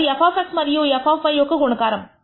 అది f మరియు f యొక్క గుణకారము